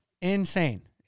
Insane